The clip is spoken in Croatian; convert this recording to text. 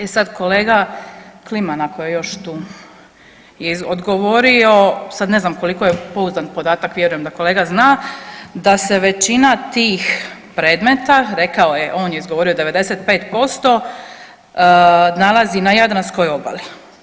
I sad kolega Kliman, ako je još tu, je odgovorio, sad ne znam koliko je pouzdan podatak, vjerujem da kolega zna, da se većina tih predmeta, rekao je, on je izgovorio 95% nalazi na Jadranskoj obali.